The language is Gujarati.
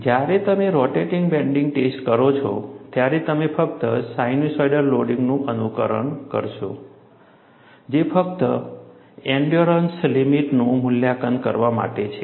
જ્યારે તમે રોટેટિંગ બેન્ડિંગ ટેસ્ટ કરો છો ત્યારે તમે ફક્ત સાઇનસોઇડલ લોડિંગનું અનુકરણ કરશો જે ફક્ત એન્ડ્યોરન્સ લિમિટનું મૂલ્યાંકન કરવા માટે છે